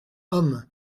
homme